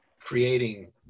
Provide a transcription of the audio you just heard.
creating